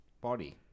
body